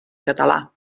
català